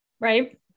right